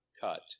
cut